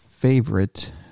favorite